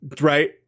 right